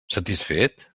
satisfet